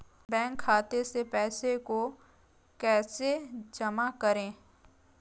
Bank खाते से पैसे को कैसे जमा करें?